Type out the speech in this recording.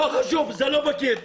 זה לא פקיד.